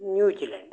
New Zealand